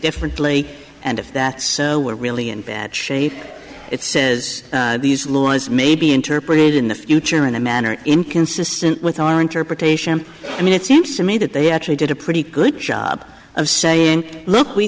differently and if that so we're really in bad shape it says these laws may be interpreted in the future in a manner inconsistent with our interpretation i mean it seems to me that they actually did a pretty good job of saying look we